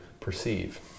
perceive